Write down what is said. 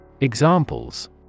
Examples